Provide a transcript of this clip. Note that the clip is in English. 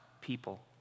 people